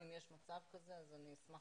אם יש מצב כזה, אני אשמח לדעת על כך.